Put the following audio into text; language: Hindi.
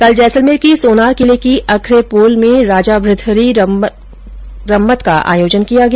कल जैसलमेर के सोनार किले की अखेप्रोल में राजा भतुरीहरि रम्मत का आयोजन किया गया